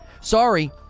Sorry